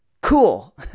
cool